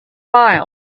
miles